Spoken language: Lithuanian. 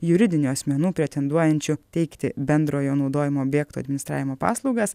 juridinių asmenų pretenduojančių teikti bendrojo naudojimo objektų administravimo paslaugas